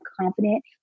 confident